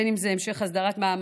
בין אם זה המשך הסדרת מעמדם,